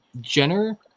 Jenner